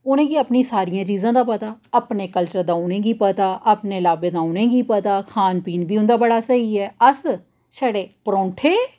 उ'नें गी अपनियें सारियें चीजें दा पता अपने कल्चरल दा उ'नें गी पता अपने लाब्बे दा उ'नें गी पता खान पीन बी उं'दा बड़ा स्हेई ऐ